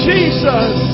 Jesus